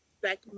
back